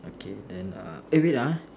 okay then err eh wait ah